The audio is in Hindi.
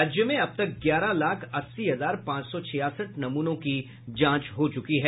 राज्य में अब तक ग्यारह लाख अस्सी हजार पांच सौ छियासठ नमूनों की जांच हो चुकी है